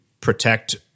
protect